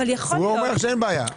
הוא אומר שאין בעיה.